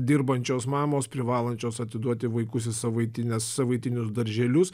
dirbančios mamos privalančios atiduoti vaikus į savaitines savaitinius darželius